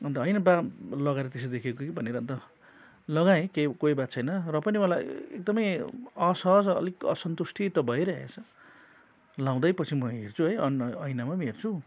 अन्त होइन वा लगाएर त्यस्तो देखिएको हो कि भनेर अन्त लगाएँ केही कोही बात छैन र पनि मलाई एकदमै असहज अलिक असन्तुष्टि त भइरहेछ लगाउँदै पछि म हेर्छु है अन ऐनामा पनि हेर्छु